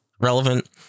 relevant